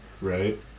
right